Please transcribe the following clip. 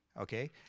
okay